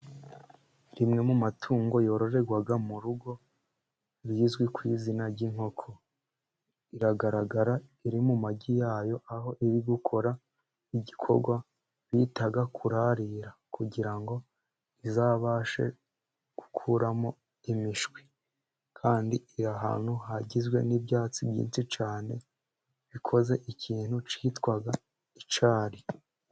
Rimwe mu matungo yororerwa mu rugo rizwi ku izina ry'inkoko. Iragaragara iri mu magi yayo, aho iri gukora igikorwa bita kurarira, kugira ngo izabashe gukuramo imishwi, kandi iri ahantu hagizwe n'ibyatsi byinshi cyane bikoze ikintu cyitwa icyari.